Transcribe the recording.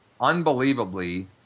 unbelievably